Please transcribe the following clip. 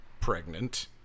pregnant